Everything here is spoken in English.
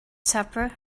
supper